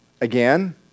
Again